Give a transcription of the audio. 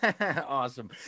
Awesome